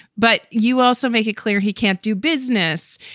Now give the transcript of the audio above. but. you also make it clear he can't do business.